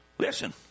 Listen